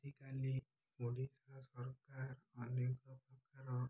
ଆଜିକାଲି ଓଡ଼ିଶା ସରକାର ଅନେକ ପ୍ରକାର